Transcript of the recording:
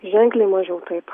ženkliai mažiau taip